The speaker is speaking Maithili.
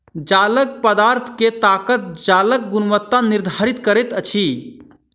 जालक पदार्थ के ताकत जालक गुणवत्ता निर्धारित करैत अछि